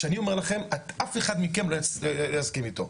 שאני אומר לכם שאף אחד מכם לא יסכים איתו,